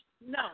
No